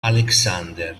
alexander